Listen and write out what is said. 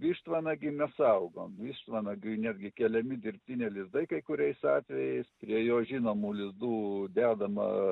vištvanagį mes saugom vištvanagiui netgi keliami dirbtiniai lizdai kai kuriais atvejais prie jos žinomų lizdų dedama